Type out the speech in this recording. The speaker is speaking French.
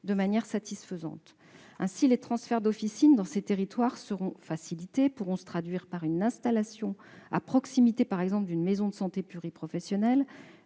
de manière satisfaisante. Ainsi, les transferts d'officines dans ces territoires seront facilités et pourront se traduire par une installation, à proximité, par exemple, d'une maison de santé pluriprofessionnelle